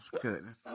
goodness